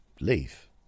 leave